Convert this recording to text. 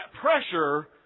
pressure